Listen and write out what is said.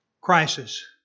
crisis